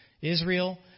Israel